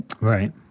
Right